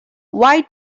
why